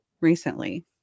recently